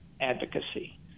advocacy